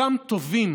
אותם טובים